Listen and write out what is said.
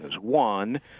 One